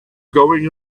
going